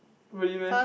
really meh